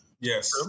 yes